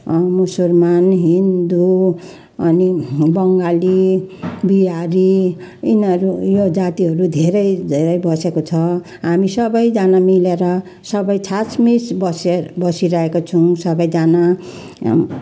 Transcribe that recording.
मुसलमान हिन्दू अनि बङ्गाली बिहारी यिनीहरू यो जातिहरू धेरै धेरै बसेको छ हामी सबैजना मिलेर सबै छासमिस बसी बसिरहेको छौँ सबैजना